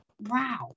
wow